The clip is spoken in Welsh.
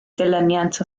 dilyniant